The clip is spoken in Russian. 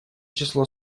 число